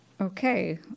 Okay